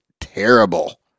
terrible